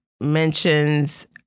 mentions